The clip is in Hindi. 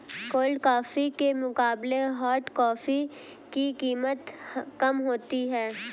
कोल्ड कॉफी के मुकाबले हॉट कॉफी की कीमत कम होती है